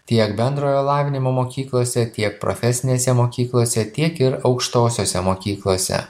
tiek bendrojo lavinimo mokyklose tiek profesinėse mokyklose tiek ir aukštosiose mokyklose